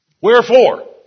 Wherefore